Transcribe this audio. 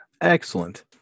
Excellent